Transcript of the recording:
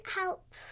help